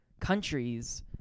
countries